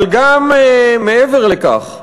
אבל גם מעבר לכך,